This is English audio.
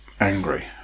angry